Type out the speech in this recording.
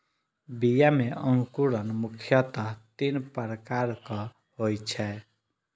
बीया मे अंकुरण मुख्यतः तीन प्रकारक होइ छै